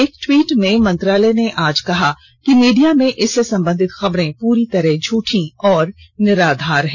एक ट्वीट में मंत्रालय ने आज कहा है कि मीडिया में इससे संबंधित खबरें पूरी तरह झूठी और निराधार हैं